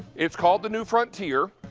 it's called the new frontier.